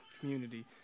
community